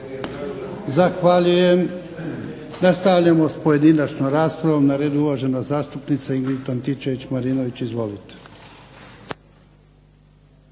Zahvaljujem. Nastavljamo s pojedinačnom raspravom, na redu je uvažena zastupnica Ingrid Antičević-Marinović. Izvolite.